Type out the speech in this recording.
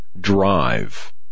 Drive